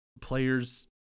players